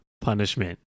punishment